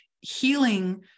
healing